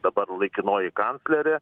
dabar laikinoji kanclerė